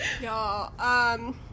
Y'all